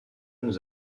nous